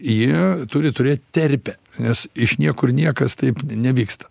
jie turi turėt terpę nes iš niekur niekas taip nevyksta